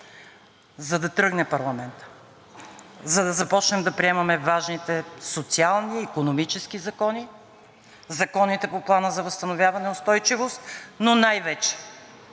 за да тръгне парламентът, за да започнем да приемаме важните социални и икономически закони, законите по Плана за възстановяване и устойчивост, но най-вече